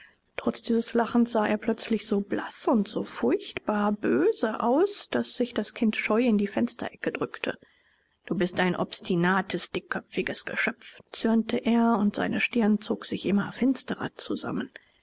trotz dieses lachens sah er plötzlich so blaß und so furchtbar böse aus daß sich das kind scheu in die fensterecke drückte du bist ein obstinates dickköpfiges geschöpf zürnte er und seine stirn zog sich immer finsterer zusammen